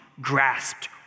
grasped